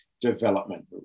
development